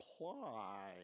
apply